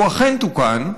הוא אכן תוקן,